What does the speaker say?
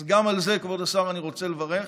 אז גם על זה, כבוד השר, אני רוצה לברך.